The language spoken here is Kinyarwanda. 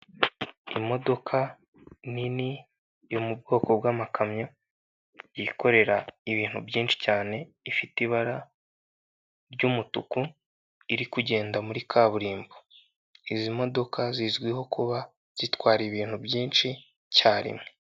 Imodoka nini yo mu bwoko bw'amakamyo yikorera ibintu byinshi cyane ifite ibara ry'umutuku iri kugenda muri kaburimbo, izi modoka zizwiho kuba zitwara ibintu byinshi icyarimwe.